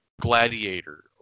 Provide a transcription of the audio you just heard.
gladiator